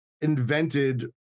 invented